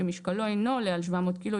שמשקלו אינו עולה על 700 ק"ג,